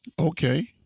okay